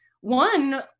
one